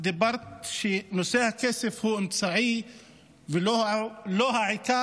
דיברת על כך שנושא הכסף הוא אמצעי ולא העיקר,